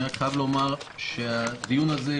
אני רק חייב לומר שהדיון הזה,